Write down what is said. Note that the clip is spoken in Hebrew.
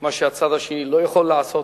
מה שהצד השני לא יכול לעשות.